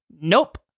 Nope